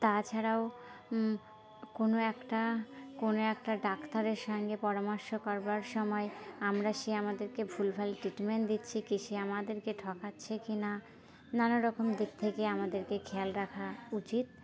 তাছাড়াও কোনো একটা কোনো একটা ডাক্তারের সঙ্গে পরামর্শ করবার সময় আমরা সে আমাদেরকে ভুলভাল ট্রিটমেন্ট দিচ্ছে কি সে আমাদেরকে ঠকাচ্ছে কি না নানাারকম দিক থেকে আমাদেরকে খেয়াল রাখা উচিত